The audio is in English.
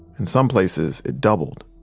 in some places, it doubled.